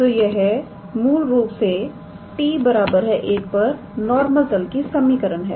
तो यह मूल रूप से 𝑡 1 पर नॉर्मल तल की समीकरण है